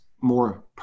more